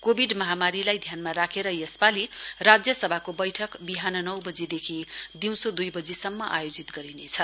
Covid महामारीलाई ध्यानमा राखेर यसपालि राज्यसभाको बैठक बिहान नौ बजीदेखि दिउँसो दुई बजीसम्म आयोजित गरिनेछ